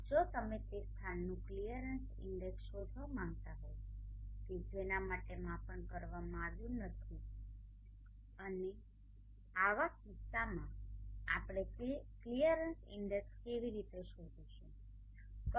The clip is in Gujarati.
જો તમે તે સ્થાનનું ક્લિયરન્સ ઇન્ડેક્સ શોધવા માંગતા હો કે જેના માટે માપન કરવામાં આવ્યું નથી અને આવા કિસ્સામાં આપણે ક્લિયરન્સ ઇન્ડેક્સ કેવી રીતે શોધીશું